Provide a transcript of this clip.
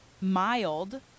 mild